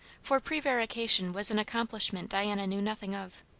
for prevarication was an accomplishment diana knew nothing of.